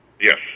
Yes